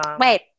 Wait